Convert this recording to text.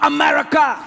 America